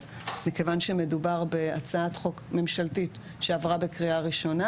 מכיוון שמדובר בהצעת חוק ממשלתית שעברה בקריאה ראשונה,